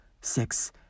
six